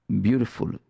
beautiful